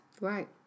Right